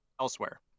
elsewhere